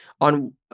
On